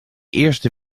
eerste